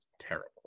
terrible